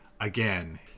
again